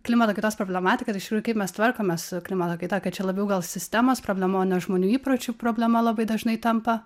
klimato kaitos problematika tai iš tikrųjų kaip mes tvarkomės su klimato kaita kad čia labiau gal sistemos problema o ne žmonių įpročių problema labai dažnai tampa